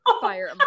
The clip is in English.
Fire